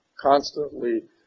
constantly